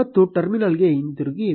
ಮತ್ತು ಟರ್ಮಿನಲ್ಗೆ ಹಿಂತಿರುಗಿ